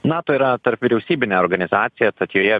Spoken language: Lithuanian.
nato yra tarpvyriausybinė organizacija tad joje